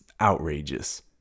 outrageous